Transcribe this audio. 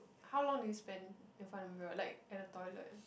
how long do you spend in front of the mirror like in the toilet